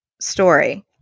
story